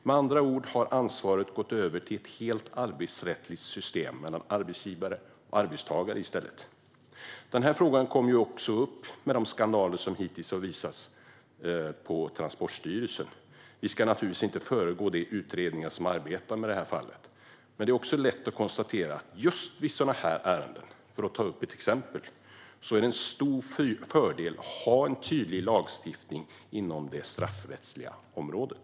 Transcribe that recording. Med andra ord har ansvaret gått över till ett helt arbetsrättsligt system mellan arbetsgivare och arbetstagare. Denna fråga kom ju också upp i och med de skandaler som hittills framkommit på Transportstyrelsen. Vi ska naturligtvis inte föregå de utredningar som arbetar med detta fall, men det är ett exempel. Det är lätt att konstatera att det just vid sådana här ärenden är en stor fördel att ha en tydlig lagstiftning inom det straffrättsliga området.